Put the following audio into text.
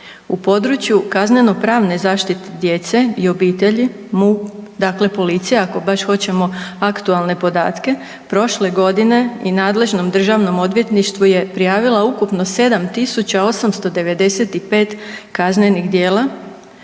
U području kazneno pravne zaštite djece i obitelji MUP, dakle policija ako baš hoćemo aktualne podatke, prošle godine i nadležnom državnom odvjetništvu je prijavila ukupno 7895 kaznenih djela,